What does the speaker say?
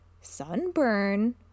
sunburn